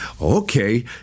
okay